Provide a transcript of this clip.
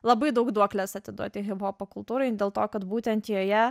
labai daug duoklės atiduoti hiphopo kultūrai dėl to kad būtent joje